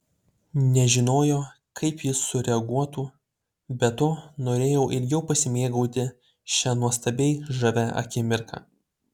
nežinojo kaip jis sureaguotų be to norėjau ilgiau pasimėgauti šia nuostabiai žavia akimirka